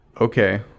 Okay